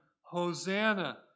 Hosanna